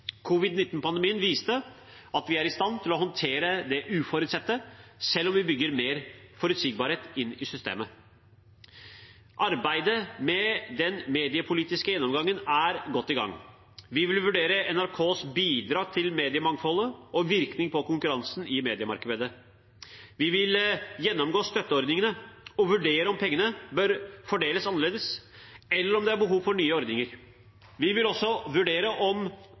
viste at vi er i stand til å håndtere det uforutsette, selv om vi bygger mer forutsigbarhet inn i systemet. Arbeidet med den mediepolitiske gjennomgangen er godt i gang. Vi vil vurdere NRKs bidrag til mediemangfoldet og virkning på konkurransen i mediemarkedet. Vi vil gjennomgå støtteordningene og vurdere om pengene bør fordeles annerledes, eller om det er behov for nye ordninger. Vi vil også vurdere om